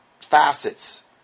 facets